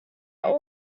are